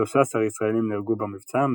שלושה-עשר ישראלים נהרגו במבצע,